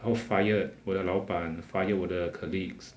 I will fired 我的老板 fire 我的 colleagues